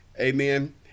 Amen